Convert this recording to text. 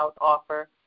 offer